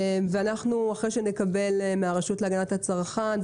ואנחנו אחרי שנקבל מהרשות להגנת הצרכן,